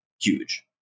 huge